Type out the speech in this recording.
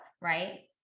right